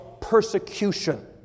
persecution